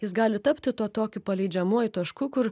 jis gali tapti tuo tokiu paleidžiamuoju tašku kur